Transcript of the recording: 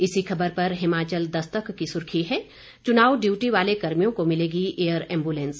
इसी खबर पर हिमाचल दस्तक की सुर्खी है चुनाव डियूटी वाले कर्मियों को मिलेगी एयर एंबुलेंस